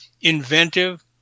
inventive